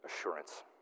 assurance